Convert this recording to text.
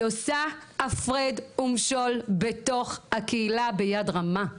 היא עושה הפרד ומשול בתוך הקהילה ביד רמה.